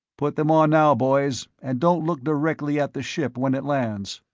put them on now, boys. and don't look directly at the ship when it lands.